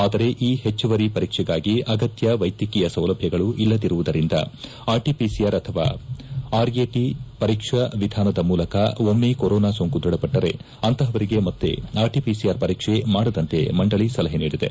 ಆದರೆ ಈ ಹೆಚ್ಚುವರಿ ಪರೀಕ್ಷೆಗಾಗಿ ಅಗತ್ತ ವೈದ್ಯಕೀಯ ಸೌಲಭ್ಯಗಳು ಇಲ್ಲದಿರುವುದರಿಂದ ಆರ್ಟಿಪಿಸಿಆರ್ ಅಥವಾ ಆರ್ಎಟಿ ಪರೀಕ್ಷಾ ವಿಧಾನದ ಮೂಲಕ ಒಮ್ನೆ ಕೊರೊನಾ ಸೋಂಕು ದೃಢಪಟ್ಟರೆ ಅಂತಹವರಿಗೆ ಮತ್ತೆ ಆರ್ಟಿಪಿಸಿಆರ್ ಪರೀಕ್ಷೆ ಮಾಡದಂತೆ ಮಂಡಳ ಸಲಹೆ ನೀಡಿದೆ